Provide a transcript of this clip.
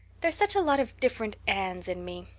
there's such a lot of different annes in me.